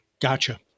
Gotcha